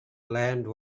land